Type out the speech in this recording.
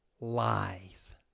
lies